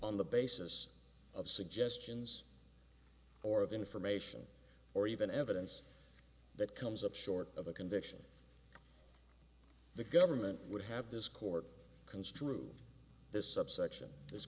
on the basis of suggestions or of information or even evidence that comes up short of a conviction the government would have this court construed this subsection